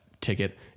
ticket